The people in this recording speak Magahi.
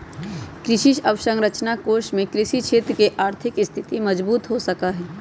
कृषि अवसरंचना कोष से कृषि क्षेत्र के आर्थिक स्थिति मजबूत हो सका हई